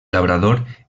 labrador